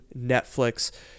netflix